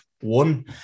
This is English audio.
One